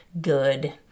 good